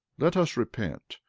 let us repent,